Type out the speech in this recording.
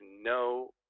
no